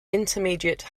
intermediate